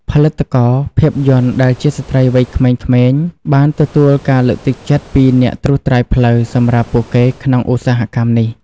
ផលិតករភាពយន្តដែលជាស្ត្រីវ័យក្មេងៗបានទទួលការលើកទឹកចិត្តពីអ្នកត្រួសត្រាយផ្លូវសម្រាប់ពួកគេក្នុងឧស្សាហកម្មនេះ។